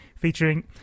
Featuring